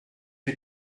you